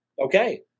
okay